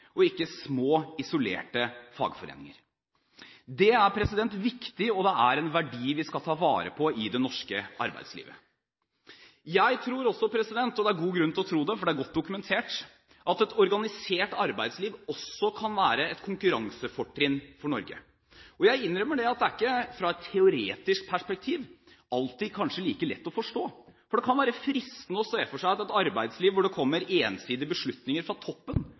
og ikke små, isolerte fagforeninger. Dette er viktig, og det er en verdi vi skal ta vare på i det norske arbeidslivet. Jeg tror også – og det er god grunn til å tro det, for det er godt dokumentert – at et organisert arbeidsliv også kan være et konkurransefortrinn for Norge. Jeg innrømmer at det kanskje ikke alltid er like lett å forstå ut fra et teoretisk perspektiv, for det kan være fristende å se for seg at et arbeidsliv hvor det kommer ensidige beslutninger fra toppen,